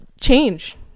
change